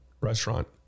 restaurant